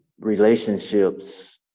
relationships